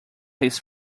his